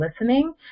listening